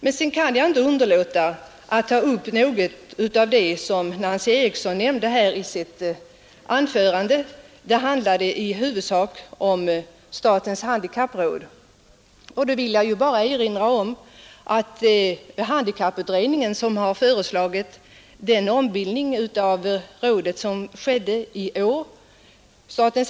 Men sedan kan jag inte underlåta att ta upp något av det som Nancy Eriksson nämnde här i sitt anförande — det handlade i huvudsak om statens handikappråd. Jag vill erinra om att det var handikapputredningen som föreslog den ombildning av rådet som skedde i år.